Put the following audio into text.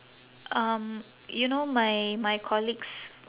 um you know my my colleagues